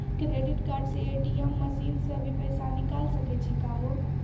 Credit card से ATM machine से भी पैसा निकल सकै छि का हो?